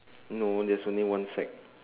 no there's only one sack